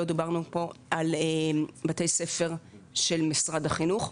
לא דיברנו על בתי ספר של משרד החינוך.